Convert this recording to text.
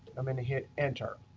i'm going to hit enter.